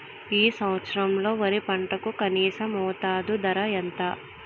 ఈ సంవత్సరంలో వరి పంటకు కనీస మద్దతు ధర ఎంత?